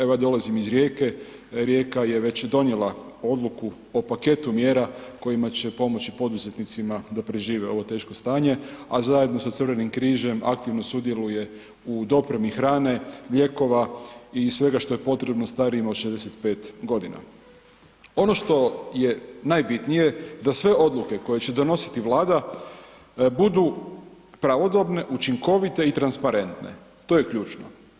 Evo ja dolazim iz Rijeke, Rijeka je već donijela odluku o paketu mjera kojima će pomoći poduzetnicima da prežive ovo teško stanje, a zajedno sa Crvenim križem aktivno sudjeluje u dopremi hrane, lijekova i svega što je potrebno starijima od 65.g. Ono što je najbitnije da sve odluke koje će donositi Vlada budu pravodobne, učinkovite i transparentne, to je ključno.